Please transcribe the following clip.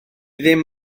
ddim